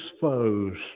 foes